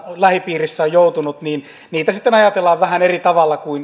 lähipiirissä on joutunut sitten ajatellaan vähän eri tavalla kuin